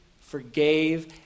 forgave